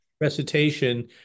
recitation